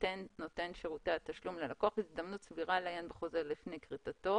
ייתן נותן שירותי התשלום ללקוח הזדמנות סבירה לעיין בחוזה לפני כריתתו.